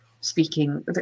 speaking